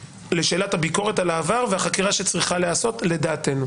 הביקורת על העבר והחקירה שצריכה להיעשות לדעתנו.